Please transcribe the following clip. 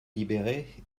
libérée